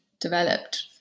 developed